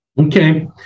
Okay